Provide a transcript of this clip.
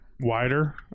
wider